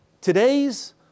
today's